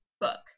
book